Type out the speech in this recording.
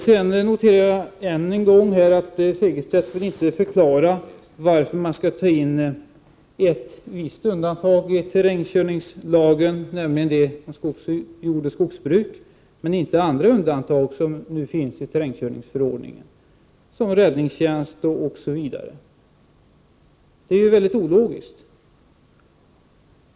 Jag noterade än en gång att Martin Segerstedt inte vill förklara varför man skall ta in ett visst undantag i terrängkörningslagen, nämligen det om jordoch skogsbruk, men inte andra undantag som nu finns i terrängkörningsförordningen, som räddningstjänst, osv. Det är mycket ologiskt.